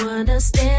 Understand